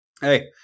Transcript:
hey